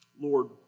Lord